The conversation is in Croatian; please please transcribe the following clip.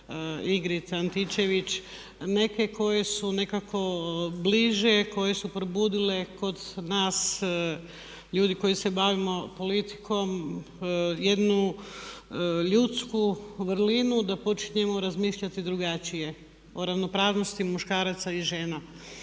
Ingrid Antičević neke koje su nekako bliže, koje su probudile kod nas ljudi koji se bavimo politikom jednu ljudsku vrlinu da počnemo razmišljati drugačije o ravnopravnosti muškaraca i žena.